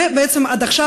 ובעצם עד עכשיו,